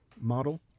model